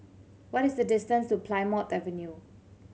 what is the distance to Plymouth Avenue